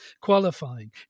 qualifying